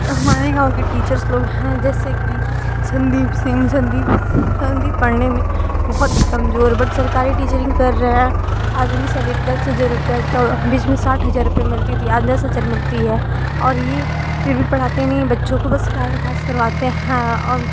हमारे गाँव कि टीचर्स लोग हैं जैसे कि संदीप सिंह संदीप संदीप संदीप पढ़ने में बहुत ही कमजोर है बट सरकारी टिचरिंग कर रहा है आज उनकी सैलरी दस हजार रुपये तो बीच में साठ हजार रुपये मिलती थी आज दस हजार मिलती है और ये फिर भी पढ़ाते नहीं हैं बच्चों को बस टाइम पास करवाते हैं और